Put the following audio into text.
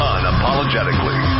Unapologetically